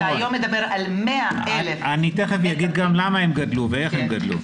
אני תכף אומר למה הם גדלו ואיך הם גדלו.